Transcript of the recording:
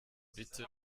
bitte